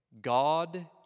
God